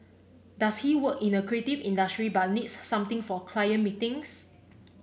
does he work in a creative industry but needs something for client meetings